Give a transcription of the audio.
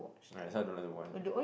ya that's why don't like to watch